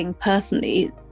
personally